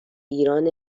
ایران